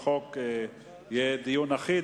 חוק חיילים משוחררים (החזרה לעבודה) (תיקון מס' 13),